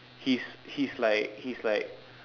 he's he's like he's like